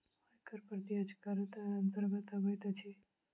आयकर प्रत्यक्ष करक अन्तर्गत अबैत अछि